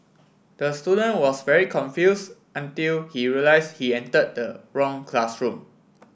the student was very confused until he realised he entered the wrong classroom